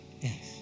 Yes